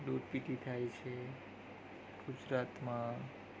દૂધ પીતી થાય છે ગુજરાતમાં